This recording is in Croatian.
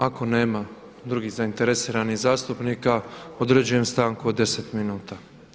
Ako nema drugih zainteresiranih zastupnika određujem stanku od 10 minuta.